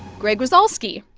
greg rosalsky,